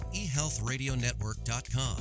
eHealthRadioNetwork.com